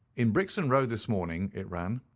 in brixton road, this morning, it ran,